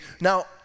Now